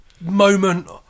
moment